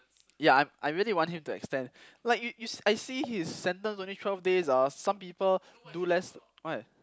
ya I I really want him to extend like you you I see his sentence only twelve days ah some people do less why